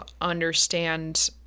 understand